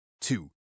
Two